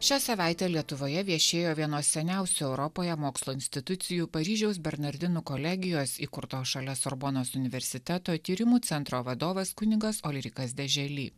šią savaitę lietuvoje viešėjo vienos seniausių europoje mokslo institucijų paryžiaus bernardinų kolegijos įkurtos šalia sorbonos universiteto tyrimų centro vadovas kunigas olirikas de želi